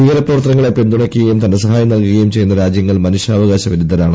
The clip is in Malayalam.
ഭീകരപ്രവർത്തനങ്ങളെ പിന്തുണയ്ക്കുകയും ധനസഹായം നൽകുകയും ചെയ്യുന്ന രാജ്യങ്ങൾ മനുഷ്യാവകാശ വിരുദ്ധരാണ്